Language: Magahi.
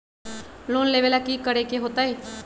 लोन लेवेला की करेके होतई?